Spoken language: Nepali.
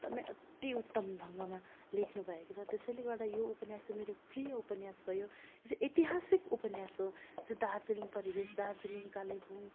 एकदम अति उत्तम ढङ्गमा लेख्नु भएको छ त्यसैले गर्दा यो उपन्यास चाहिँ मेरो प्रिय उपन्यास भयो यो चाहिँ ऐतिहासिक उपन्यास हो दार्जिलिङ परिवेश दार्जिलिङ कालिम्पोङ